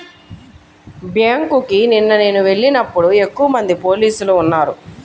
బ్యేంకుకి నిన్న నేను వెళ్ళినప్పుడు ఎక్కువమంది పోలీసులు ఉన్నారు